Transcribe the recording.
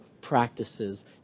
practices